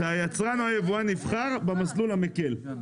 שהיצרן או היבואן יבחר במסלול המקל.